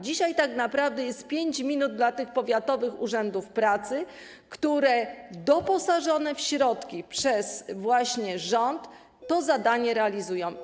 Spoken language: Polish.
Dzisiaj tak naprawdę jest 5 minut dla tych powiatowych urzędów pracy, które doposażone w środki właśnie przez rząd to zadanie realizują.